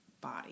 body